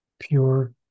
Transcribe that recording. Pure